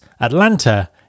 Atlanta